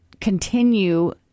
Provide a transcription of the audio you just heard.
continue